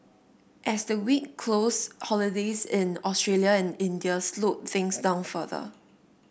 as the week closed holidays in Australia and India slowed things down further